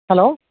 hello